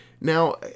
Now